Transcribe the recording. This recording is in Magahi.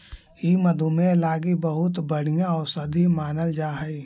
ई मधुमेह लागी बहुत बढ़ियाँ औषधि मानल जा हई